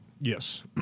Yes